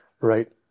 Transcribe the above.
right